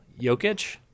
Jokic